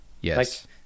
Yes